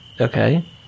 Okay